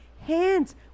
hands